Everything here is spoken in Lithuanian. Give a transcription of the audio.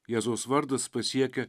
jėzaus vardas pasiekia